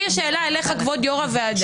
לי יש שאלה אליך, כבוד יו"ר הוועדה.